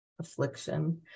Affliction